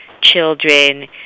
children